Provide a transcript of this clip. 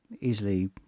easily